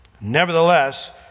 Nevertheless